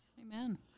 Amen